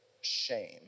shame